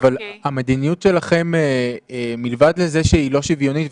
המדיניות שלכם היא לא שוויונית,